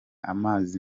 amazi